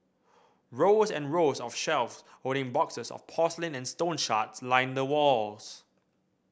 rows and rows of shelves holding boxes of porcelain and stone shards line the walls